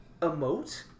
emote